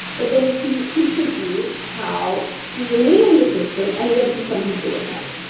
but then she teaches you how to remain in the system and yet do something for yourself